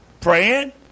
praying